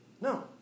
no